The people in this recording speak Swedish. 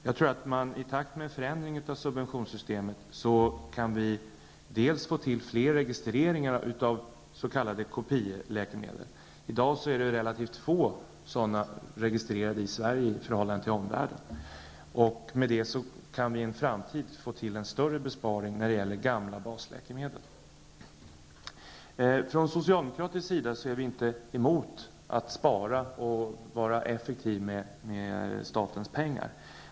Jag tror att man i takt med förändringen av subventionssystemet kan få till fler registreringar av s.k. kopieläkemedel. I dag är det relativt få sådana registrerade i Sverige i förhållande till omvärlden. Med det kan vi i framtiden få en större besparing när det gäller gamla basläkemedel. Från socialdemokratisk sida är vi inte emot att spara och vara effektiva med statens pengar.